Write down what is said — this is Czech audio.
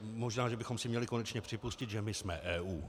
Možná že bychom si měli konečně připustit, že my jsme EU.